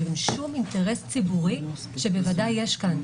אבל שום אינטרס ציבורי שבוודאי יש כאן.